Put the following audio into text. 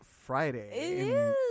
Friday